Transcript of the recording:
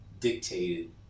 Dictated